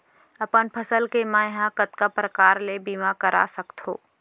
अपन फसल के मै ह कतका प्रकार ले बीमा करा सकथो?